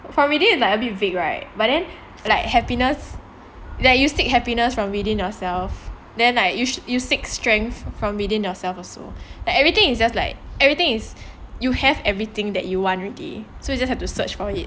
from within is like a bit vague right but then like happiness like you seek happiness from within yourself then you you seek strength from within yourself also like everything is just like everything is you have everything that you want ready so you just have to search for it